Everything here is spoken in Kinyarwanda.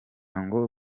ngo